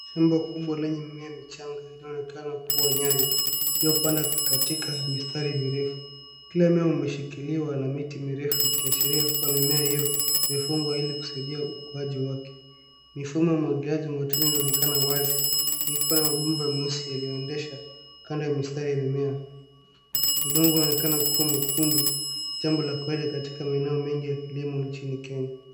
Shamba kubwa lenye mimea michanga inayoonekana kuwa nyanya iliyopandwa katika mistari mirefu. Kila mmea umeshikiliwa na miti mirefu ikiashiria kuwa mimea hiyo imefungwa ili kusaidia ukuaji wake. Mifumo ya umwagiliaji wa matone inaonekana wazi, ikiwa na mabomba meusi yanayoendesha kando ya mistari ya mimea. Udongo unaonekana kuwa mwekundu, jambo la kawaida katika maeneo mengi ya kilimo nchini Kenya.